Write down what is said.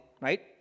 right